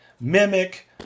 mimic